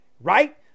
right